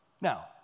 Now